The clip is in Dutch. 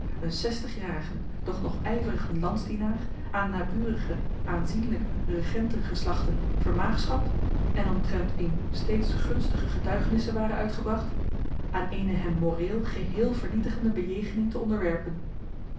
een zestigjarigen doch nog ijverigen landsdienaar aan naburige aanzienlijke regentengeslachten vermaagschapt en omtrent wien steeds gunstige getuigenissen waren uitgebracht aan eene hem moreel geheel vernietigende bejegening te onderwerpen